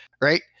right